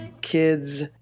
kids